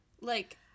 Like-